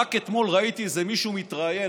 רק אתמול ראיתי איזה מישהו מתראיין,